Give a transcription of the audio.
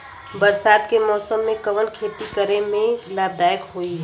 बरसात के मौसम में कवन खेती करे में लाभदायक होयी?